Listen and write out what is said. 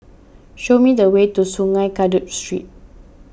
show me the way to Sungei Kadut Street